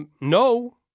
No